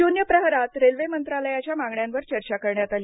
शून्य प्रहरात रेल्वे मंत्रालयाच्या मागण्यांवर चर्चा करण्यात आली